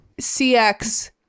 CX